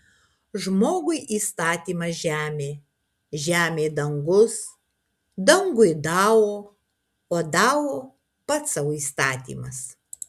žmogui įstatymas žemė žemei dangus dangui dao o dao pats sau įstatymas